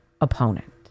opponent